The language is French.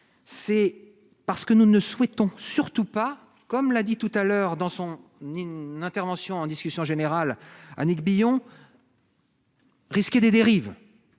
c'est parce que nous ne souhaitons surtout pas, comme l'a dit tout à l'heure dans son nid, une intervention en discussion générale Annick Billon. Risquaient des dérives